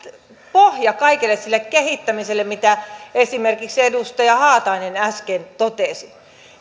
pohja kaikelle sille kehittämiselle mistä esimerkiksi edustaja haatainen äsken totesi